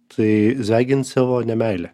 tai zviagincevo nemeilė